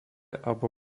alebo